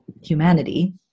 humanity